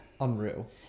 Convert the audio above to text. unreal